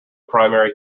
primary